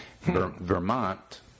Vermont